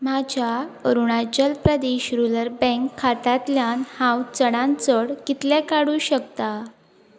म्हाज्या Arunachal Pradesh rural bank खात्यांतल्यान हांव चडान चड कितलें काडूं शकता